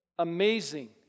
amazing